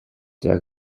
sehr